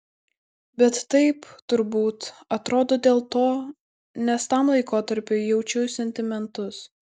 bet taip turbūt atrodo dėl to nes tam laikotarpiui jaučiu sentimentus